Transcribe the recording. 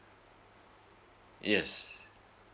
yes